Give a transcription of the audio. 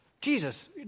Jesus